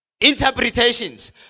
interpretations